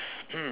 hmm